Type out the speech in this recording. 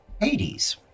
Hades